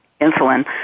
insulin